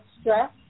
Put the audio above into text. stress